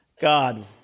God